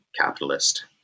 capitalist